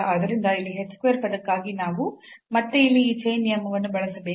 ಆದ್ದರಿಂದ ಇಲ್ಲಿ h square ಪದಕ್ಕಾಗಿ ನಾವು ಮತ್ತೆ ಇಲ್ಲಿ ಈ ಚೈನ್ ನಿಯಮವನ್ನು ಬಳಸಬೇಕು